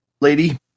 lady